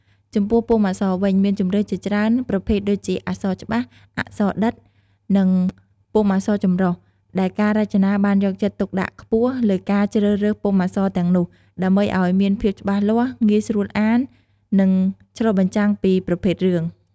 ចំពោះពុម្ពអក្សរវិញ មានជម្រើសជាច្រើនប្រភេទដូចជា អក្សរច្បាស់ អក្សរដិត និងពុម្ពអក្សរចម្រុះ ដែលការរចនាបានយកចិត្តទុកដាក់ខ្ពស់លើការជ្រើសរើសពុម្ពអក្សរទាំងនោះ ដើម្បីឲ្យមានភាពច្បាស់លាស់ ងាយស្រួលអាន និងឆ្លុះបញ្ចាំងពីប្រភេទរឿង។